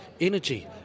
energy